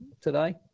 today